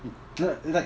no like